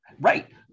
Right